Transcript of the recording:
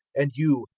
and you,